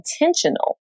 intentional